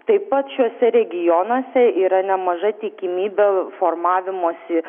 taip pat šiuose regionuose yra nemaža tikimybė formavimosi